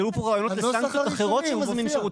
העלו פה רעיונות לסנקציות אחרות של מזמין שירות.